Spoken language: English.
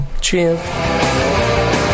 Cheers